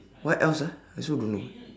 what else ah I also don't know